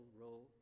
role